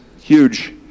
huge